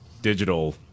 digital